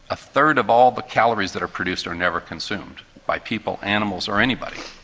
a third of all the calories that are produced are never consumed, by people, animals, or anybody.